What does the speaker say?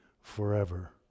forever